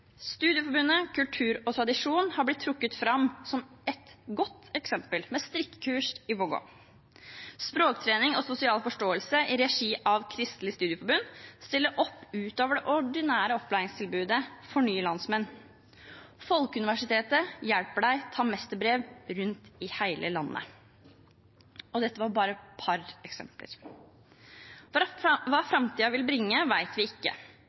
Studieforbundet kultur og tradisjon er blitt trukket fram som et godt eksempel, med strikkekurs i Vågå. Språktrening og sosial forståelse i regi av Kristelig studieforbund stiller opp ut over det ordinære opplæringstilbudet for nye landsmenn. Folkeuniversitetet hjelper deg til å ta mesterbrev rundt i hele landet. Og dette var bare et par eksempler. Hva framtiden vil bringe, vet vi ikke.